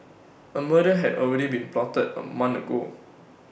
A murder had already been plotted A month ago